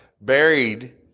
buried